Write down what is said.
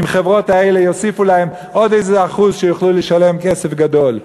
אם לחברות האלה יוסיפו עוד איזה אחוז כדי שיוכלו לשלם כסף גדול?